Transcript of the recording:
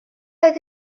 oedd